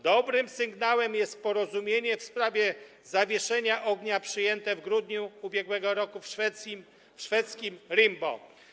Dobrym sygnałem jest porozumienie w sprawie zawieszenia ognia przyjęte w grudniu ub. r. w szwedzkim Rimbo.